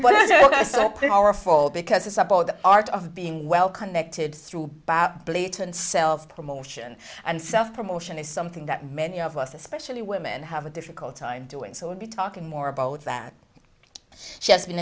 fault because it's about the art of being well connected through belief and self promotion and self promotion is something that many of us especially women have a difficult time doing so would be talking more about that she has been